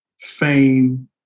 fame